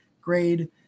grade